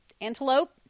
antelope